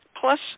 plus